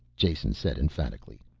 jason said emphatically.